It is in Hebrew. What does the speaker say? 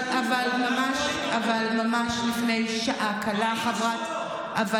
אבל ממש לפני שעה קלה חברת, זה לא נכון.